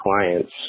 clients